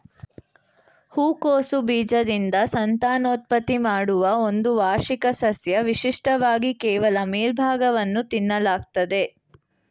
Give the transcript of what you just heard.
ಹೂಕೋಸು ಬೀಜದಿಂದ ಸಂತಾನೋತ್ಪತ್ತಿ ಮಾಡುವ ಒಂದು ವಾರ್ಷಿಕ ಸಸ್ಯ ವಿಶಿಷ್ಟವಾಗಿ ಕೇವಲ ಮೇಲ್ಭಾಗವನ್ನು ತಿನ್ನಲಾಗ್ತದೆ